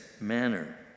manner